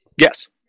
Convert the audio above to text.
Yes